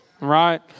right